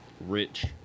rich